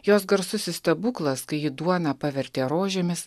jos garsusis stebuklas kai ji duoną pavertė rožėmis